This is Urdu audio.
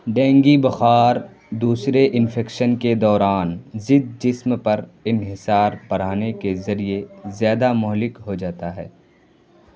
ڈینگی بخار دوسرے انفیکشن کے دوران ضد جسم پر انحصار بڑھانے کے ذریعہ زیادہ مہلک ہوجاتا ہے